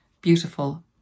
beautiful